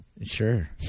Sure